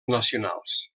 nacionals